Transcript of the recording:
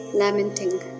lamenting